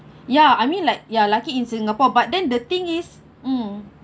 ya I mean like ya lucky in singapore but then the thing is mm